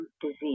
disease